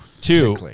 Two